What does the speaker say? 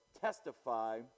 testify